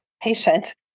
patient